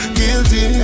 guilty